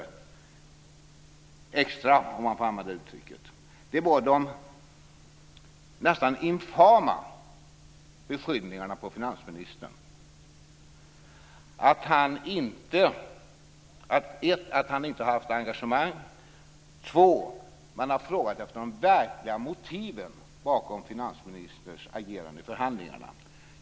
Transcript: Det gäller de nästan infama beskyllningarna mot finansministern om att han inte har haft något engagemang. Man har också frågat efter de verkliga motiven bakom finansministerns agerande i förhandlingarna.